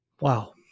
Wow